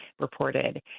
reported